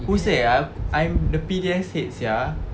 who say I'm the P_D_S head sia